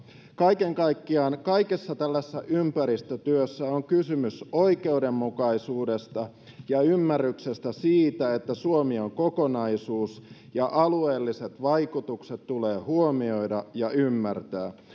kaiken kaikkiaan kaikessa tällaisessa ympäristötyössä on kysymys oikeudenmukaisuudesta ja siitä ymmärryksestä että suomi on kokonaisuus ja alueelliset vaikutukset tulee huomioida ja ymmärtää